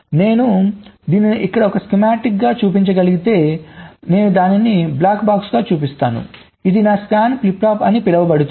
నేను దీన్ని ఇక్కడ ఒక స్కీమాటిక్ గా చూపించగలిగితే నేను దానిని బ్లాక్ బాక్స్ గా చూపిస్తాను ఇది నా స్కాన్ ఫ్లిప్ ఫ్లాప్ అని పిలువబడుతుంది